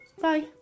Bye